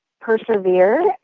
persevere